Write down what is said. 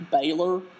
Baylor